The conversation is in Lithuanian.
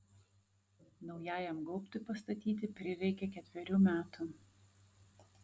naujajam gaubtui pastatyti prireikė ketverių metų